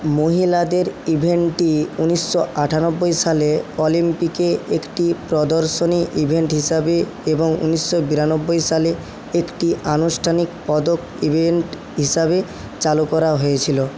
মহিলাদের ইভেন্টটি উনিশশো আটানব্বই সালে অলিম্পিকে একটি প্রদর্শনী ইভেন্ট হিসাবে এবং উনিশশো বিরানব্বই সালে একটি আনুষ্ঠানিক পদক ইভেন্ট হিসাবে চালু করা হয়েছিল